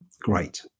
Great